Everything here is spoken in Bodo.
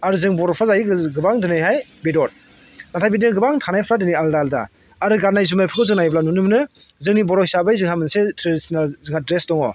आरो जों बर'फ्रा जायो गोबां दिनैहाय बेदर नाथाय बिदिनो गोबां थानायफ्रा दिनै आलादा आलादा आरो गाननाय जोमनायफोरखौ जों नायोब्ला नुनो मोनो जोंनि बर' हिसाबै जोंहा मोनसे ट्रेडिशनेल जोंहा ड्रेस दङ